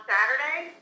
Saturday